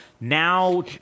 now